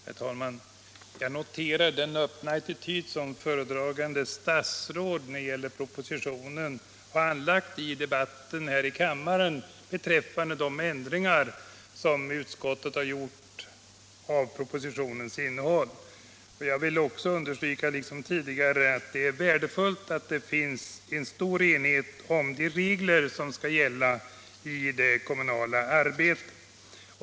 Herr talman! Jag noterar den öppna attityd som föredragande statsråd har anlagt i debatten här i kammaren när det gäller propositionen 187 och de ändringar som utskottet har gjort av propositionens innehåll. Jag vill också understryka, liksom tidigare, att det är värdefullt att det finns en stor enighet om de regler som skall gälla i det kommunala arbetet.